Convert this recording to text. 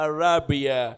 Arabia